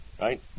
right